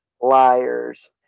liars